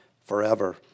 forever